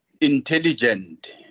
intelligent